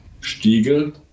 Stiegel